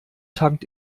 tankt